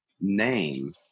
name